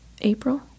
April